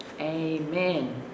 amen